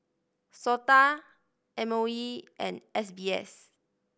SOTA M O E and S B S